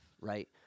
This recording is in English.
right